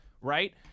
right